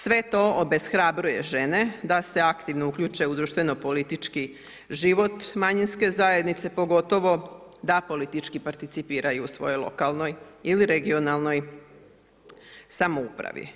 Sve to obespravljuje žene da se aktivno uključe u društveno politički život manjinske zajednice, pogotovo da politički participiraju u svojoj lokalnoj ili regionalnoj samoupravi.